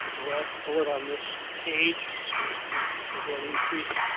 the last bullet on this page is to again, increase,